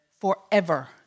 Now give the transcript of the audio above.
forever